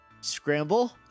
scramble